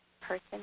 person